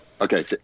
Okay